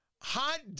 Hot